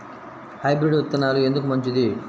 Hybrid విత్తనాలు ఎందుకు మంచిది?